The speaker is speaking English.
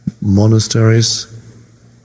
monasteries